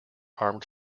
armed